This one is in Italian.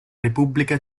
repubblica